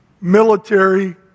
military